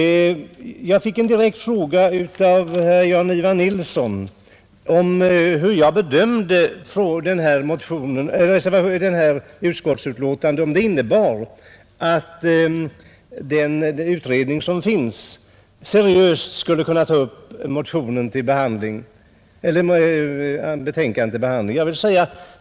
Jag fick en direkt fråga av Jan-Ivan Nilsson huruvida jag ansåg att utskottets skrivning innebar, att den sittande utredningen seriöst skulle kunna ta upp motionen till behandling.